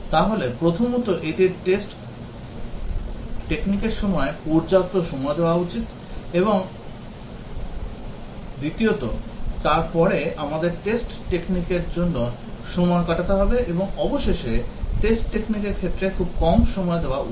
তাহলে প্রথমত এটির টেস্ট টেকনিকের জন্য পর্যাপ্ত সময় দেওয়া উচিত এবং দ্বিতীয়তঃ তারপরে আমাদের টেস্ট টেকনিকের জন্য সময় কাটাতে হবে এবং শেষ অবধি টেস্ট টেকনিকের ক্ষেত্রে খুব কম সময় দেওয়া উচিত